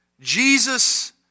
Jesus